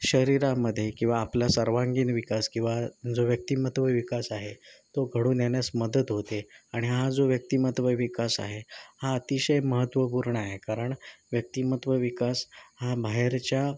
शरीरामध्ये किंवा आपला सर्वांगीण विकास किंवा जो व्यक्तिमत्व विकास आहे तो घडून येण्यास मदत होते आणि हा जो व्यक्तिमत्व विकास आहे हा अतिशय महत्वपूर्ण आहे कारण व्यक्तिमत्व विकास हा बाहेरच्या